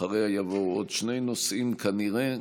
שאחריה יבואו עוד שני נושאים כנראה,